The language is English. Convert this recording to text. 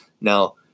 Now